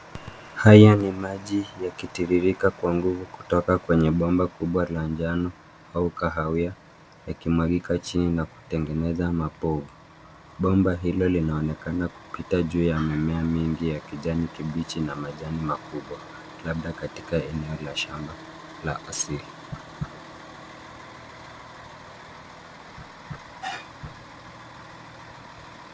Haya ni maji yakitiririka kwa nguvu kutoka kwenye bomba kubwa la jano au kahawia yakimwangika chini na kutengeneza mapovu. Bomba hilo linaonekana kupita kwenye mimea mingi ya kijani kibichi na majani makubwa labda katika eneo la shamba la asili.